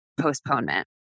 postponement